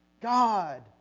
God